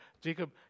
Jacob